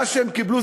מה שהם קיבלו,